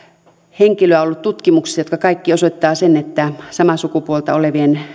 henkilöä ollut tutkimuksissa jotka kaikki osoittavat sen että samaa sukupuolta olevien